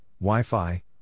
Wi-Fi